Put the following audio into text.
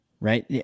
right